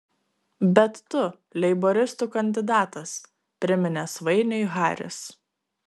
bet tu leiboristų kandidatas priminė svainiui haris